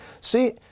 See